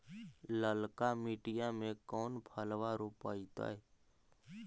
ललका मटीया मे कोन फलबा रोपयतय?